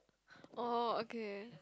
oh okay